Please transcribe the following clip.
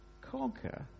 conquer